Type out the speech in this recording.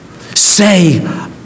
say